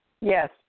Yes